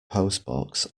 postbox